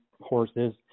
horses